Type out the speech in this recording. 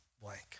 blank